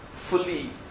fully